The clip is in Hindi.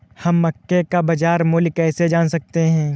हम मक्के का बाजार मूल्य कैसे जान सकते हैं?